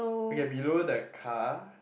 okay below that car